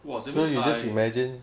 !wah! that means I